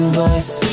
voice